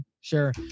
Sure